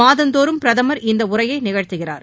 மாதந்தோறும் பிரதமர் இந்த உரையை நிகழ்த்துகிறார்